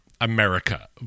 America